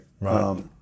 right